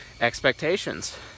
expectations